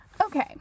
Okay